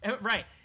right